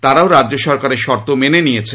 তারাও রাজ্য সরকারের শর্ত মেনে নিয়েছে